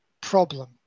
problem